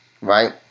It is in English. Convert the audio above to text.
right